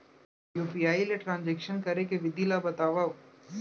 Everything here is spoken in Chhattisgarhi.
यू.पी.आई ले ट्रांजेक्शन करे के विधि ला बतावव?